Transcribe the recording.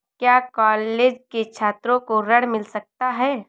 क्या कॉलेज के छात्रो को ऋण मिल सकता है?